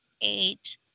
eight